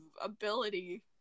ability